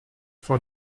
for